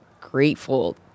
grateful